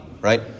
right